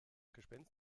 gespenst